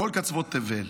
מכל קצוות תבל,